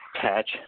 patch